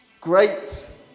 Great